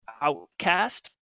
outcast